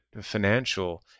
financial